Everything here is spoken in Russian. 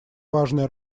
важная